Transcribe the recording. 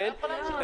האלה.